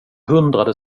hundrade